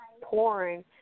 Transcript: pouring